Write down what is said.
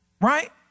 right